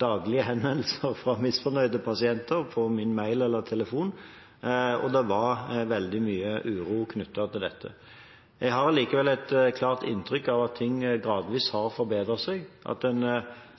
daglige henvendelser fra misfornøyde pasienter på min mail eller telefon. Det var veldig mye uro knyttet til dette. Jeg har allikevel et klart inntrykk av at ting gradvis har forbedret seg, og at en